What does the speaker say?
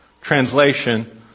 translation